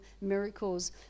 miracles